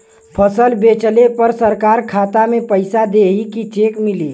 फसल बेंचले पर सरकार खाता में पैसा देही की चेक मिली?